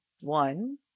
One